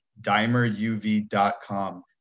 dimeruv.com